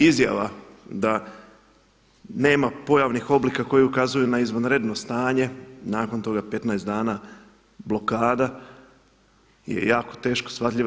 Izjava da nema pojavnih oblika koji ukazuju na izvanredno stanje, nakon toga 15 dana blokada je jako teško shvatljiva.